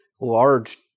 large